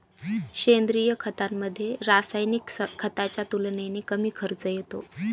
सेंद्रिय खतामध्ये, रासायनिक खताच्या तुलनेने कमी खर्च येतो